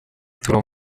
turi